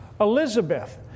Elizabeth